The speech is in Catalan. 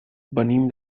venim